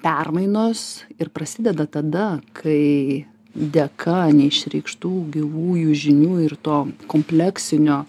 permainos ir prasideda tada kai dėka neišreikštų gyvųjų žinių ir to kompleksinio